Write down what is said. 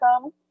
come